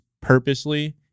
purposely